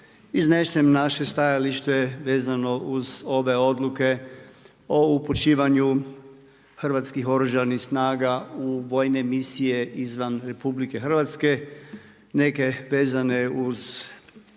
iznesem naše stajalište vezano uz ove odluke o upućivanju hrvatskih Oružanih snaga u vojne misije izvan RH, neke vezane uz